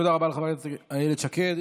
תודה רבה לחברת הכנסת איילת שקד.